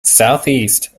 southeast